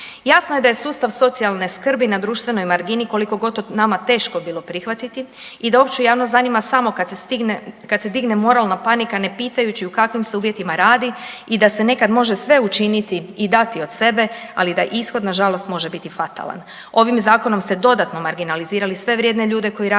Jasno je da je sustav socijalne skrbi na društvenoj margini kolikogod to nama teško bilo prihvatiti i da opću javnost zanima samo kad se digne moralna panika ne pitajući u kakvim se uvjetima radi da se nekad može sve učiniti i dati od sebe, ali da ishod nažalost može biti fatalan. Ovim zakonom ste dodatno marginalizirali sve vrijedne ljude koji rade